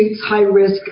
high-risk